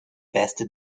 beste